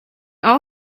all